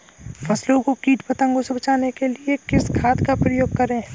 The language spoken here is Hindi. फसलों को कीट पतंगों से बचाने के लिए किस खाद का प्रयोग करें?